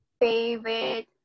favorite